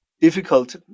difficult